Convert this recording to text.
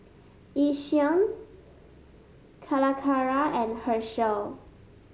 Yishion Calacara and Herschel